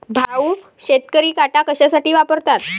भाऊ, शेतकरी काटा कशासाठी वापरतात?